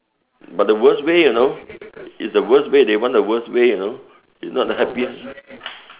but the worse way you know it's the worse way they want the worse way you know it's not the happiest